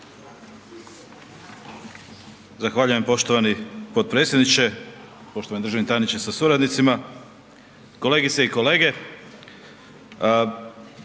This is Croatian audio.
Zahvaljujem poštovani potpredsjedniče, poštovani državni tajniče sa suradnicima, kolegice i kolege.